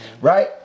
right